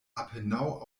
apenaŭ